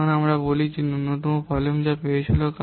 তখন আমরা বলি যে ন্যূনতম ভলিউম যা পেয়েছিল